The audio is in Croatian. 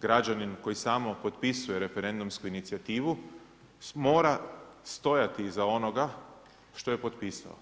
građanin koji samo potpisuje referendumsku inicijativu mora stajati iza onoga šta je potpisao.